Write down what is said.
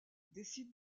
décide